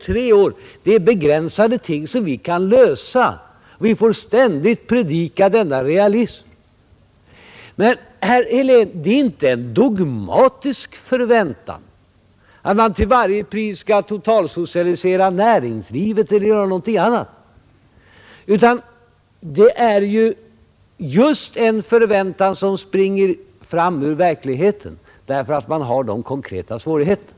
På kort sikt är det begränsade ting vi kan göra. Vi får ständigt predika denna realism. Men, herr Helén, det är inte en dogmatisk förväntan, innebärande att man till varje pris skall totalsocialisera näringslivet eller göra något dylikt, utan det är just en förväntan som springer fram ur verkligheten därför att man har konkreta svårigheter.